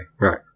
Right